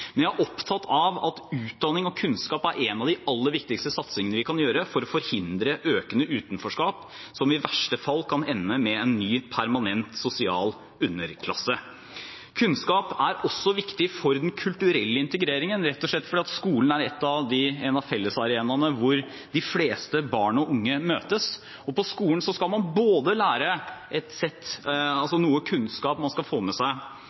men jeg er opptatt av at satsingen på utdanning og kunnskap er en av de aller viktigste satsingene vi kan ha for å forhindre økende utenforskap, som i verste fall kan ende med en ny, permanent sosial underklasse. Kunnskap er også viktig for den kulturelle integreringen, rett og slett fordi skolen er en av fellesarenaene hvor de fleste barn og unge møtes. På skolen skal man lære seg noe kunnskap som man trenger og skal ha med seg